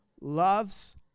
loves